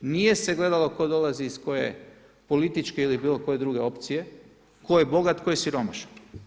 Nije se gledalo tko dolazi iz koje političke ili bilo koje druge opcije, tko je bogat, tko je siromašan.